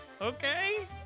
Okay